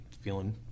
feeling